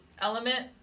element